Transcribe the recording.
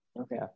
Okay